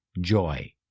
joy